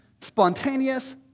spontaneous